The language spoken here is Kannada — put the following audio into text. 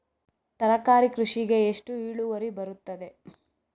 ತರಕಾರಿ ಕೃಷಿಗೆ ಎಷ್ಟು ಇಳುವರಿ ಬರುತ್ತದೆ?